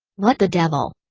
what the devil?